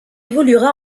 évoluera